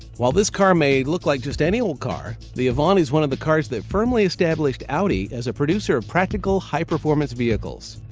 while this car may look like just any old car, the avant is one of the cars that firmly established audi as a producer of practical high-performance vehicles.